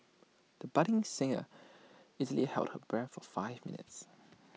the budding singer easily held her breath for five minutes